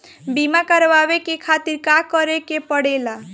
बीमा करेवाए के खातिर का करे के पड़ेला?